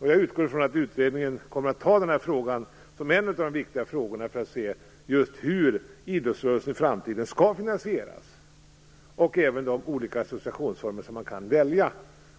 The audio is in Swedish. Jag utgår från att utredningen kommer att ta den här frågan som en av de viktiga frågorna för att se hur idrottsrörelsen skall finansieras i framtiden och vilka associationsformer man kan välja,